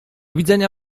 widzenia